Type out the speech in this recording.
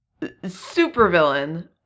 supervillain